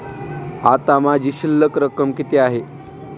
आता माझी शिल्लक रक्कम किती आहे?